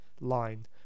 line